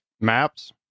Maps